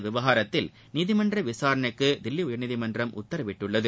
விவகாரத்தில் நீதிமன்ற விசாரணைக்கு தில்வி உயர்நீதிமன்றம் உத்தரவிட்டுள்ளது